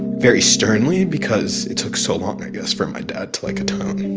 very sternly because it took so long, i guess, for my dad to like atone,